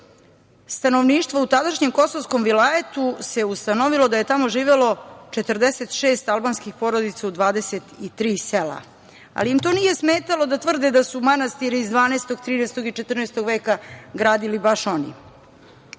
stanovništvo u tadašnjem kosovskom vilajetu se ustanovilo da je tamo živelo 46 albanskih porodica u 23 sela, ali im to nije smetalo da tvrde da su manastiri iz 12, 13, 14. veka gradili baš oni.